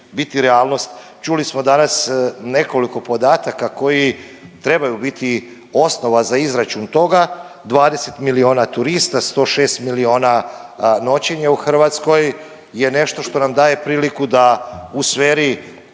biti realnost. Čuli smo danas nekoliko podataka koji trebaju biti osnova za izračun toga. 20 milijuna turista, 106 milijuna noćenja u Hrvatskoj je nešto što nam daje priliku da u sferi